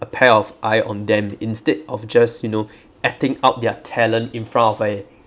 a pair of eye on them instead of just you know acting out their talent in front of a